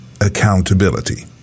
accountability